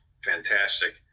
fantastic